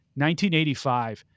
1985